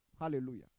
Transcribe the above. Hallelujah